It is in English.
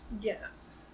Yes